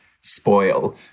spoil